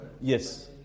Yes